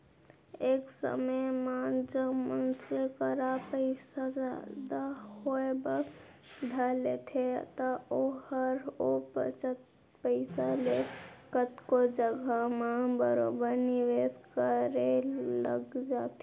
एक समे म जब मनसे करा पइसा जादा होय बर धर लेथे त ओहर ओ बचत पइसा ले कतको जघा म बरोबर निवेस करे लग जाथे